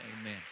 Amen